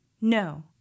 No